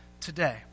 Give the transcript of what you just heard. today